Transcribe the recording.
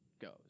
goes